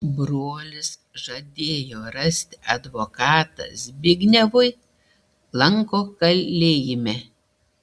brolis žadėjo rasti advokatą zbignevui lanko kalėjime